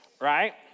Right